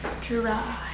Dry